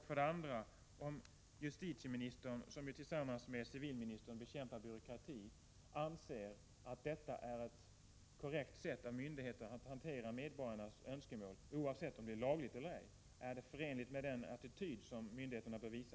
För det andra: Anser justitieministern, som ju tillsammans med civilministern bekämpar byråkrati, att detta är ett korrekt sätt av myndigheterna att hantera medborgarnas önskemål, oavsett om det är lagligt eller ej? Är detta förenligt med den attityd som myndigheterna bör visa?